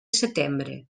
setembre